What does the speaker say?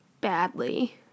badly